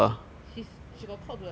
his she got called to the lecture